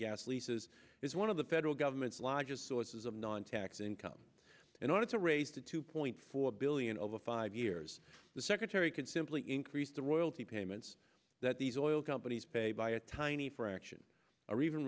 gas leases is one of the federal government's largest sources of non tax income in order to raise to two point four billion over five years the secretary could simply increase the royalty payments that these oil companies pay by a tiny fraction or even